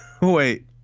wait